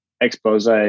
expose